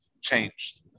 changed